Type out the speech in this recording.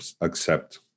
accept